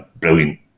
brilliant